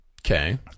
okay